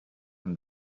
and